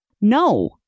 No